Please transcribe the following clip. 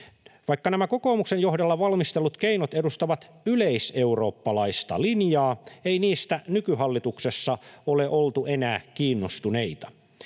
Vaikka nämä kokoomuksen johdolla valmistellut keinot edustavat yleiseurooppalaista linjaa, ei niistä nykyhallituksessa ole enää oltu kiinnostuneita.